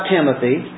Timothy